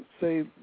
say